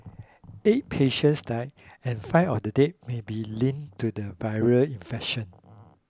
eight patients died and five of the deaths may be linked to the viral infection